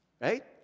right